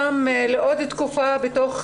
לתקופה נוספת